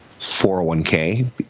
401K